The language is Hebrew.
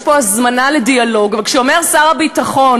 יש פה הזמנה לדיאלוג, אבל כשאומר שר הביטחון